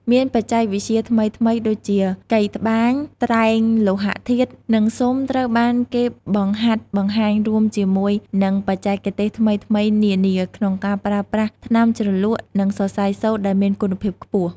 មានបច្ចេកវិទ្យាថ្មីៗដូចជា កីត្បាញ ត្រែងលោហធាតុ និងស៊ុំត្រូវបានគេបង្ហាត់បង្ហាញរួមជាមួយ និងបច្ចេកទេសថ្មីៗនានា ក្នុងការប្រើប្រាស់ថ្នាំជ្រលក់ និងសរសៃសូត្រដែលមានគុណភាព ខ្ពស់។